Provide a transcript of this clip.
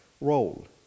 role